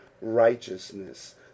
righteousness